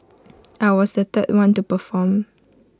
I was the third one to perform